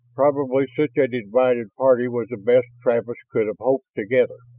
probably such a divided party was the best travis could have hoped to gather.